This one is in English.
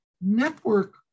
network